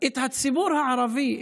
את הציבור הערבי,